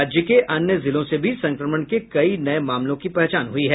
राज्य के अन्य जिलों से भी संक्रमण के कई नये मामलों की पहचान हुई है